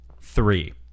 Three